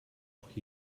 auch